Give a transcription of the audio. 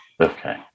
Okay